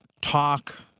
talk